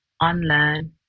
unlearn